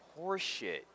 horseshit